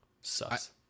sucks